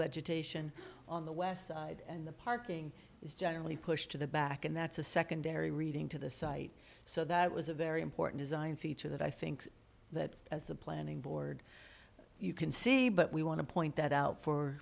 vegetation on the west side and the parking is generally pushed to the back and that's a secondary reading to the site so that was a very important design feature that i think that as a planning board you can see but we want to point that out for